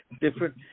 different